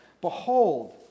behold